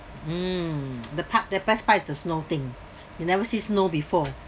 mm the part the best is the snow thing you never see snow before